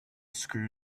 screw